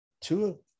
Two